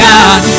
God